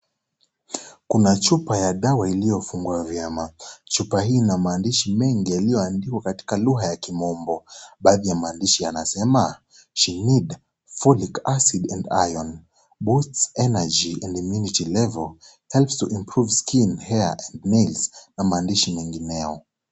Kuna chupa ya dawa iliyofungwa vyema . Chupa hili lina maandishi mengi yaliyoandikwa katika lugha ya kimombo. Baadhi ya maandishi yanasema she need folic acid in iron boost energy in immunity level helps to improve skin hair, nails na maandishi mengineo.